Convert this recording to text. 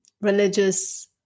religious